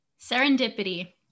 Serendipity